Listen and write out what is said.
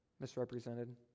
misrepresented